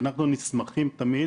אנחנו תמיד